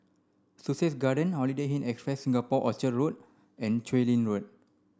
Sussex Garden Holiday Inn Express Singapore Orchard Road and Chu Lin Road